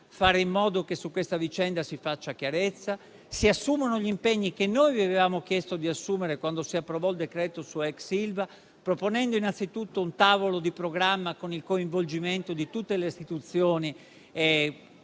fare in modo che su questa vicenda si faccia chiarezza, si assumano gli impegni che noi avevamo chiesto di assumere quando si approvò il provvedimento sull'ex ILVA, proponendo anzitutto un tavolo di programma con il coinvolgimento di tutte le Istituzioni